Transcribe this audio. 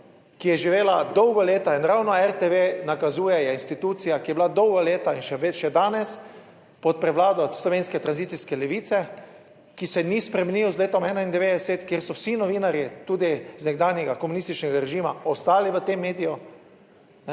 ki je živela dolga leta in ravno RTV nakazuje, je institucija, ki je bila dolga leta in še danes pod prevlado slovenske tranzicijske levice, ki se ni spremenil z letom 1991, kjer so vsi novinarji, tudi iz nekdanjega komunističnega režima, ostali v tem mediju,